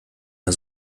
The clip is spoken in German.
der